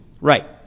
Right